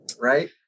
right